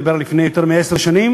אני מדבר על לפני יותר מעשר שנים,